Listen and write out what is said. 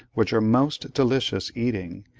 which are most delicious eating,